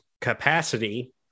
capacity